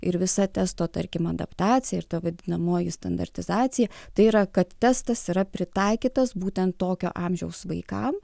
ir visa testo tarkim adaptacija ir ta vadinamoji standartizacija tai yra kad testas yra pritaikytas būtent tokio amžiaus vaikam